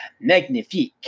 magnifique